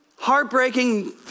Heartbreaking